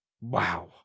Wow